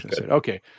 Okay